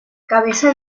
cabeza